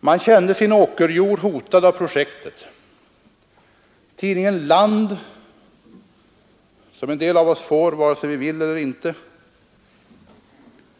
Man kände sin åkerjord hotad av projektet. Tidningen Land, som en del av oss får vare sig vi vill eller inte, började